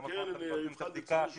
מה אתה אומר, שטרן?